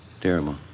Terrible